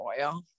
oil